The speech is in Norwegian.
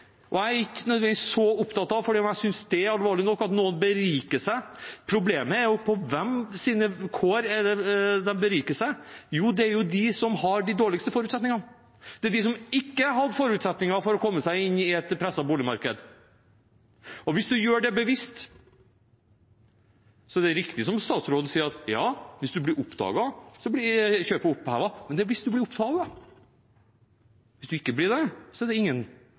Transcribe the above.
nok, at noen beriker seg. Problemet er hvem de beriker seg på bekostning av, og det er dem som har de dårligste forutsetningene, det er dem som ikke har hatt forutsetninger for å komme seg inn i et presset boligmarked. Og hvis man gjør det bevisst, er det riktig som statsråden sier: Hvis man blir oppdaget, blir kjøpet opphevet. Men det er hvis man blir oppdaget. Hvis man ikke blir det, er det ingen